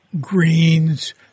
Greens